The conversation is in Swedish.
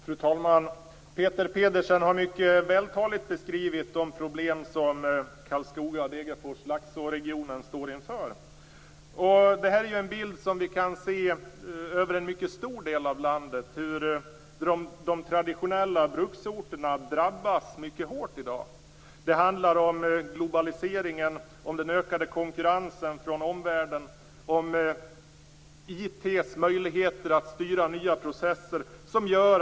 Fru talman! Peter Pedersen har mycket vältaligt beskrivit de problem som Karlskoga-, Degerfors och Laxåregionen står inför. Det här är en bild som vi kan se i en mycket stor del av landet. De traditionella bruksorterna drabbas i dag mycket hårt. Det beror på globaliseringen, den ökade konkurrensen från omvärlden och nya möjligheter till processtyrning.